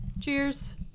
Cheers